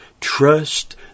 Trust